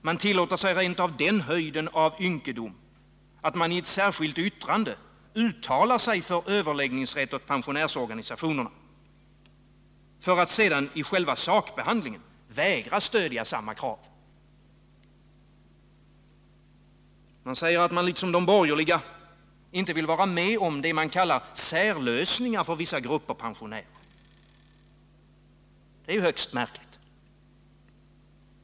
Man tillåter sig rent av den höjden av ynkedom att man i ett särskilt yttrande uttalar sig för överläggningsrätt åt pensionärsorganisationerna, för att sedan i själva sakbehandlingen vägra stödja samma krav. Man säger, liksom de borgerliga, att man inte vill vara med om vad man kallar särlösningar för vissa grupper av pensionärer. Det är högst märkligt.